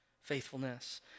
faithfulness